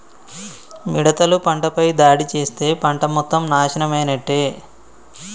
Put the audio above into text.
మిడతలు పంటపై దాడి చేస్తే పంట మొత్తం నాశనమైనట్టే